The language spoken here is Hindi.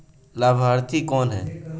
लाभार्थी कौन है?